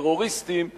טרוריסטים,